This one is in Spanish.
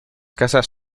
casas